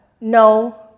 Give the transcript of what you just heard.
no